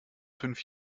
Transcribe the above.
fünf